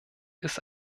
ist